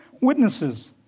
witnesses